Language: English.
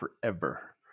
forever